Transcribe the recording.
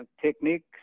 techniques